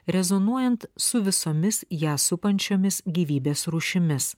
rezonuojant su visomis ją supančiomis gyvybės rūšimis